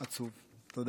עצוב, תודה.